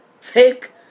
take